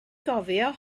gofio